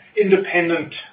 independent